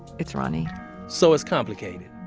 it's ronnie so it's complicated.